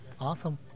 Awesome